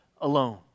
alone